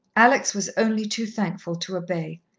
alex was only too thankful to obey.